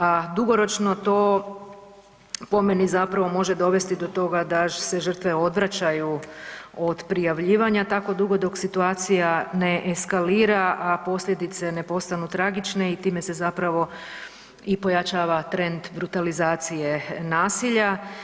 A dugoročno to po meni zapravo može dovesti do toga da se žrtve odvraćaju od prijavljivanja tako dugo dok situacija ne eskalira, a posljedice ne postanu tragične i time se zapravo i pojačava trend brutalizacije nasilja.